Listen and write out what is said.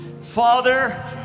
Father